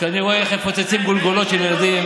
כשאני רואה איך מפוצצים גולגולות של ילדים,